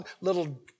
little